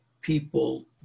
people